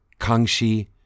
Kangxi